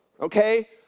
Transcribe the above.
okay